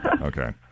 okay